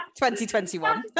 2021